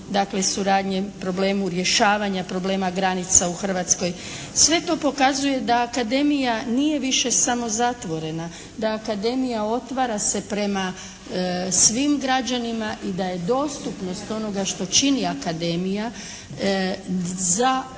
dakle suradnje, problemu rješavanja problema granica u Hrvatskoj. Sve to pokazuje da akademija nije više samo zatvorena, da akademija otvara se prema svim građanima i da je dostupnost onoga što čini akademija za korist